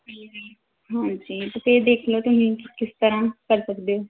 ਤੇ ਹਾਂਜੀ ਇੱਕ ਤੇ ਦੇਖ ਲੋ ਤੁਸੀਂ ਕਿਸ ਤਰ੍ਹਾਂ ਕਰ ਸਕਦੇ ਹੋ